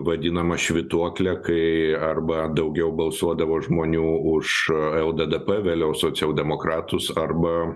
vadinamą švytuoklę kai arba daugiau balsuodavo žmonių už lddp vėliau socialdemokratus arba